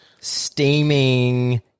steaming